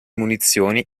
munizioni